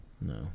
No